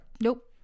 Nope